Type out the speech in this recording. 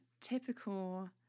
typical